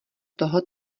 toho